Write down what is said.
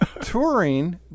Touring